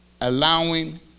allowing